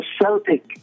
Celtic